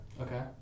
Okay